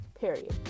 Period